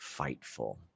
fightful